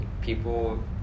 people